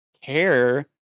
care